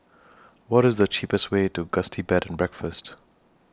What IS The cheapest Way to Gusti Bed and Breakfast